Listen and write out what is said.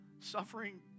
Suffering